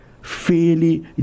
Fairly